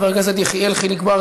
חברת הכנסת קסניה סבטלובה,